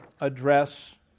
address